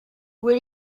what